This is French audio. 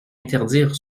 interdire